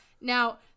Now